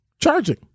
charging